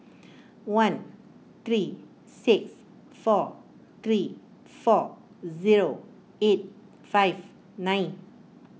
one three six four three four zero eight five nine